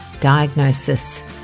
diagnosis